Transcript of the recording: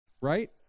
Right